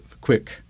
quick –